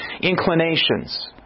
inclinations